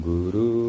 Guru